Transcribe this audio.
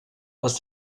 aus